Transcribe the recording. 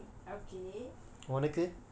mmhmm okay